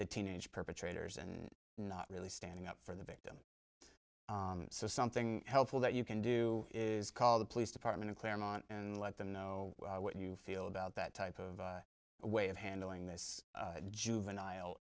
the teenage perpetrators and not really standing up for the bit so something helpful that you can do is call the police department in claremont and let them know what you feel about that type of way of handling this juvenile